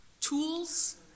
tools